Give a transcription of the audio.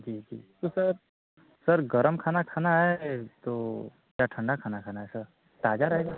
जी जी तो sir sir गर्म खाना खाना है तो या ठंडा खाना खाना है सर ताजा रहेगा